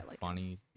funny